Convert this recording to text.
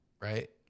right